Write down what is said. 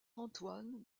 antoine